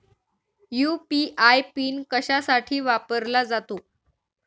UPI PIN कशासाठी वापरला जातो?